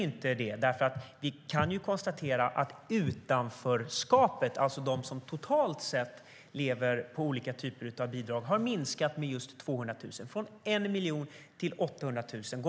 Vi kan konstatera att utanförskapet, det vill säga de som totalt sett lever på olika typer av bidrag, har minskat med 200 000, från en miljon till 800 000.